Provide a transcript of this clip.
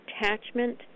attachment